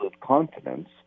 confidence